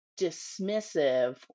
dismissive